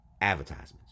advertisements